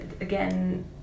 again